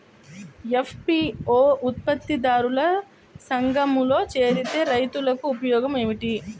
FPO ఉత్పత్తి దారుల సంఘములో చేరితే రైతులకు ఉపయోగము ఏమిటి?